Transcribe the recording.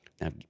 Now